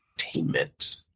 entertainment